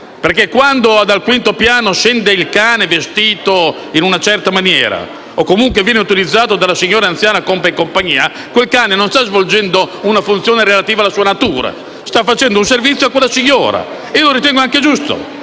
quando dal quinto piano scende il cane vestito in un certo modo o che comunque viene utilizzato dalla signora anziana come compagnia, quel cane non sta svolgendo una funzione relativa alla sua natura, ma sta facendo un servizio a quella signora ed io lo ritengo anche giusto,